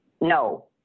No